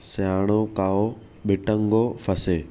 सियाणो काओ बिटंगो फासे